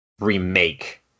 remake